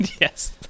Yes